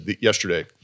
yesterday